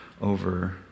over